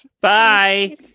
Bye